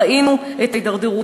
ראינו את ההתדרדרות.